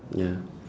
ya